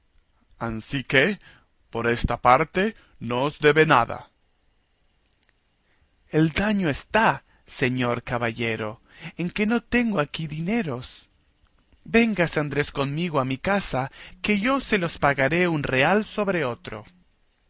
ansí que por esta parte no os debe nada el daño está señor caballero en que no tengo aquí dineros véngase andrés conmigo a mi casa que yo se los pagaré un real sobre otro